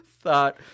thought